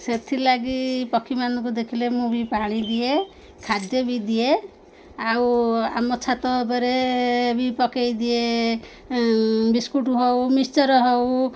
ସେଥିର୍ ଲାଗି ପକ୍ଷୀମାନଙ୍କୁ ଦେଖିଲେ ମୁଁ ବି ପାଣି ଦିଏ ଖାଦ୍ୟ ବି ଦିଏ ଆଉ ଆମ ଛାତ ଉପରେ ବି ପକାଇ ଦିଏ ବିସ୍କୁଟ୍ ହଉ ମିକ୍ଚର୍ ହଉ